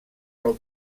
del